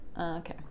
okay